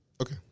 Okay